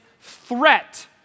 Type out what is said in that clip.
threat